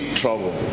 trouble